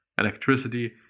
electricity